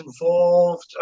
involved